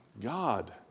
God